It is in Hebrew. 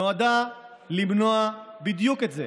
נועדה למנוע בדיוק את זה.